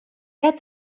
get